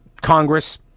Congress